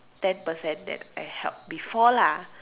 ten percent than I help before lah